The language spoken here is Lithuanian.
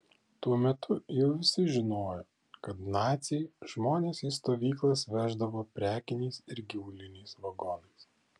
tuo metu jau visi žinojo kad naciai žmones į stovyklas veždavo prekiniais ir gyvuliniais vagonais